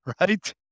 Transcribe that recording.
Right